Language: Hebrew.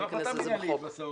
זו החלטה מינהלית בסוף,